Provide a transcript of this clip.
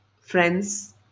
friends